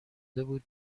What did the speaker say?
بود